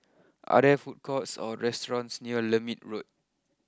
are there food courts or restaurants near Lermit Road